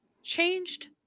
changed